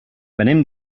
venim